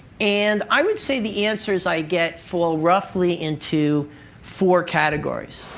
and i would say the answers i get fall roughly into four categories.